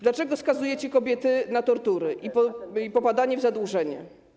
Dlaczego skazujecie kobiety na tortury i popadanie w zadłużenie?